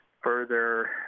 further